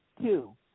Two